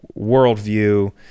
worldview